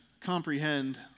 comprehend